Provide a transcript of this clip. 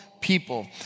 people